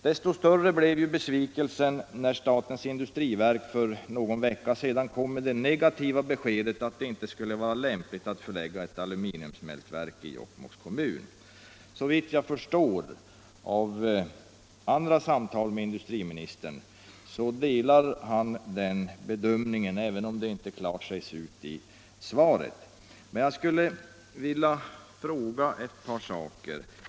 Desto större blev besvikelsen när statens industriverk för någon vecka sedan kom med det negativa beskedet att det inte skulle vara lämpligt att förlägga ett aluminiumsmältverk till Jokkmokks kommun. Såvitt jag förstår av andra samtal med industriministern delar han den uppfattningen, även om det inte klart sägs ut i svaret. Jag skulle vilja ställa ett par frågor.